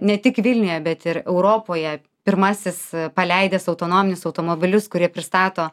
ne tik vilniuje bet ir europoje pirmasis paleidęs autonominius automobilius kurie pristato